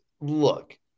look